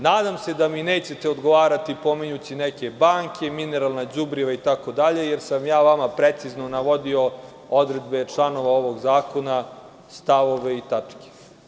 Nadam se da mi nećete odgovarati pominjući neke banke, mineralna đubriva itd, jer sam ja vama precizno navodio odredbe članova ovog zakona, stavove i tačke.